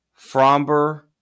Fromber